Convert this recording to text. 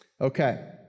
Okay